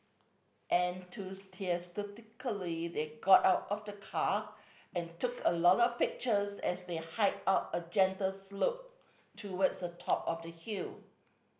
enthusiastically they got out of the car and took a lot of pictures as they hiked up a gentle slope towards the top of the hill